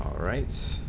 um writes